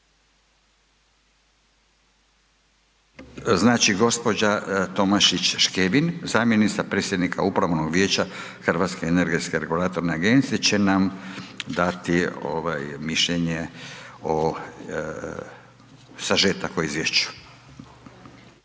Znači gospođa Tomašić Škevin, zamjenica predsjednika Upravnog vijeća Hrvatske energetske regulatorne agencije, će nam dati mišljenje o sažetak o izvješću.